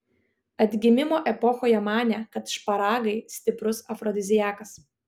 atgimimo epochoje manė kad šparagai stiprus afrodiziakas